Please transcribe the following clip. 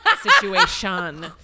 situation